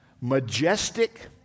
majestic